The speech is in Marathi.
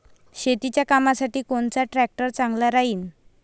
शेतीच्या कामासाठी कोनचा ट्रॅक्टर चांगला राहीन?